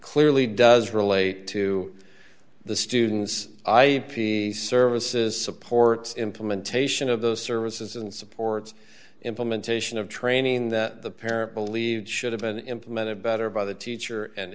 clearly does relate to the student's i p services supports implementation of those services and supports implementation of training that the parent believes should have been implemented better by the teacher and